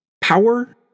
Power